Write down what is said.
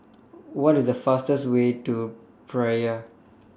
What IS The fastest Way to Praia